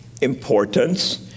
importance